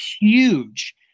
huge